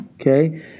Okay